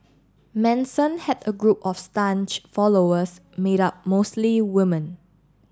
Manson had a group of followers made up mostly woman